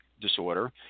disorder